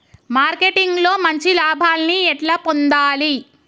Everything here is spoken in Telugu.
మార్కెటింగ్ లో మంచి లాభాల్ని ఎట్లా పొందాలి?